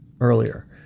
earlier